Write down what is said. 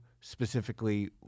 specifically